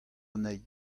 anezhi